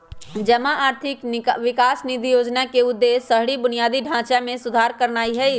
जमा आर्थिक विकास निधि जोजना के उद्देश्य शहरी बुनियादी ढचा में सुधार करनाइ हइ